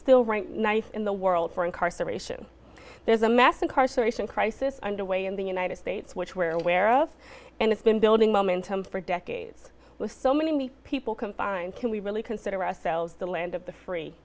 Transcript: still rank knife in the world for incarceration there's a mass incarceration crisis underway in the united states which were aware of and it's been building momentum for decades with so many people combined can we really consider ourselves the land of the free